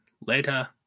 later